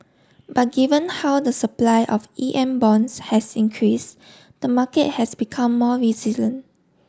but given how the supply of E M bonds has increased the market has become more resilient